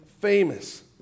famous